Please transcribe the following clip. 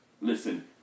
Listen